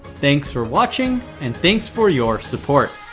thanks for watching and thanks for your support.